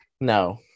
No